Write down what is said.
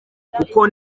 kuko